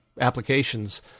applications